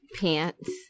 pants